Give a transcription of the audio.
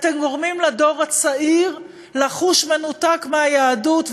אתם גורמים לדור הצעיר לחוש מנותק מהיהדות.